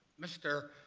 mr.